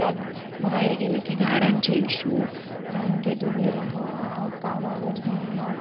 त्यात बाहेर गेलं की गाड्यांचे इशू रांगेत उभे राहा कामावर जायला